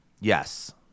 Yes